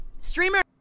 Streamer